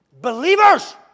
Believers